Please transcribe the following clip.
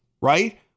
right